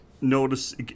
notice